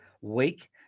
week